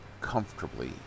comfortably